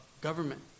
government